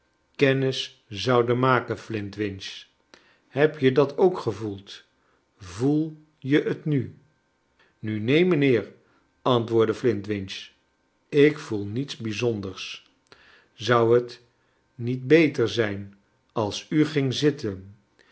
kennis zouden maken flintwinch heb je dat ook gevoeld voel je net nut nu neen mijnheer antwoordde flintwinch ik voel niets bijzonders zou net niet beter zijn als u gingt zitten